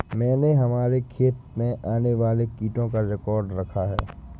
मैंने हमारे खेत में आने वाले कीटों का रिकॉर्ड रखा है